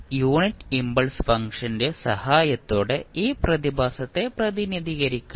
ഈ unit impulse ഫംഗ്ഷന്റെ സഹായത്തോടെ ഈ പ്രതിഭാസത്തെ പ്രതിനിധീകരിക്കാം